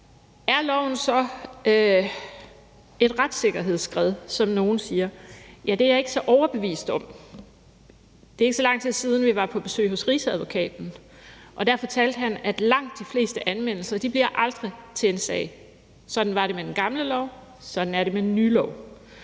Er loven så et retssikkerhedsskred, som nogle siger? Det er jeg ikke så overbevist om. Det er ikke så lang tid siden, at vi var på besøg hos rigsadvokaten, og der fortalte han, at langt de fleste anmeldelser aldrig bliver til en sag. Sådan var det med den gamle lov, og sådan er det med den nye lov.